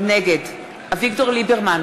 נגד אביגדור ליברמן,